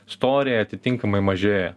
storiai atitinkamai mažėja